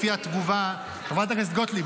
לפי התגובה ------ חברת הכנסת גוטליב,